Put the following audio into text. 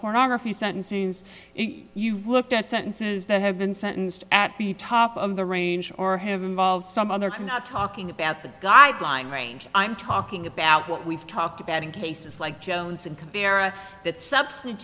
pornography sentence means you looked at sentences that have been sentenced at the top of the range or have involved some other time not talking about the guideline range i'm talking about what we've talked about in cases like jones and compare that substan